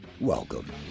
Welcome